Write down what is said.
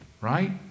right